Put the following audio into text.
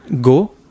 Go